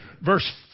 Verse